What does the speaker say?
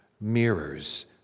mirrors